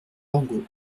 borgo